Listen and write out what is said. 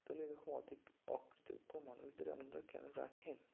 তাহলে এমন অকৃতজ্ঞ মানুষদের আপনারা কেন রাখেন